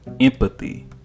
empathy